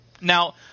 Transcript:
Now